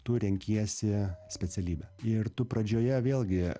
tu renkiesi specialybę ir tu pradžioje vėlgi